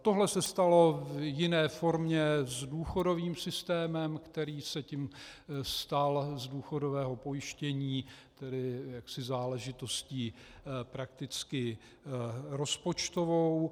Tohle se stalo v jiné formě s důchodovým systémem, který se tím stal z důchodového pojištění záležitostí prakticky rozpočtovou.